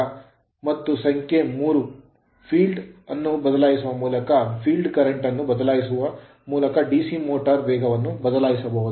ಮತ್ತು ಸಂಖ್ಯೆ 3 field flux ಕ್ಷೇತ್ರ ಫ್ಲಕ್ಸ್ ಅನ್ನು ಬದಲಾಯಿಸುವ ಮೂಲಕ field current ಫೀಲ್ಡ್ ಕರೆಂಟ್ ಅನ್ನು ಬದಲಾಯಿಸುವ ಮೂಲಕ DC motor ಮೋಟರ್ ನ ವೇಗವನ್ನು ಬದಲಾಯಿಸಬಹುದು